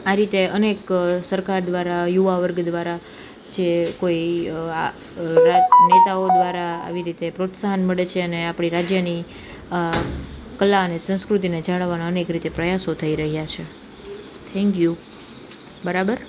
આ રીતે અનેક સરકાર દ્વારા યુવા વર્ગ દ્વારા જે કોઈ આ નેતાઓ દ્વારા આવી રીતે પ્રોત્સાહન મળે છે અને આપણે રાજયની કલા અને સંસ્કૃતિને જાળવવાના અનેક રીતે પ્રયાસો થઈ રહ્યાં છે થેન્ક યૂ બરાબર